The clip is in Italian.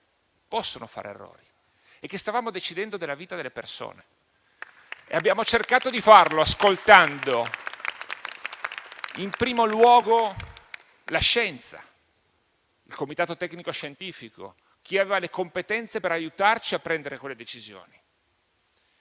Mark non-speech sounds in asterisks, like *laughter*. possono fare errori e che stavamo decidendo della vita delle persone. *applause* Abbiamo cercato di farlo ascoltando in primo luogo la scienza, il comitato tecnico-scientifico, chi aveva le competenze per aiutarci a prendere quelle decisioni.